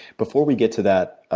before we get to that,